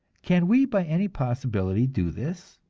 can we by any possibility do this?